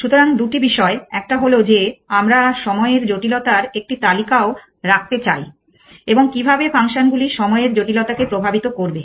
সুতরাং দুটি বিষয় একটা হল যে আমরা সময়ের জটিলতার একটি তালিকাও রাখতে চাই এবং কিভাবে ফাংশন গুলি সময়ের জটিলতাকে প্রভাবিত করবে